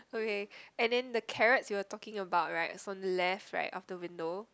okay and then the carrots you were talking about right from the left right of the window